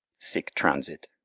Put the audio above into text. sic transit.